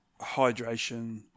hydration